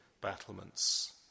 battlements